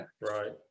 Right